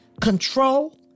control